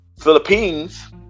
Philippines